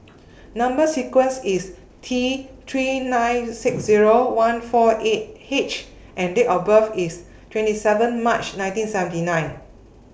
Number sequence IS T three nine six Zero one four eight H and Date of birth IS twenty seven March nineteen seventy nine